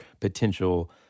potential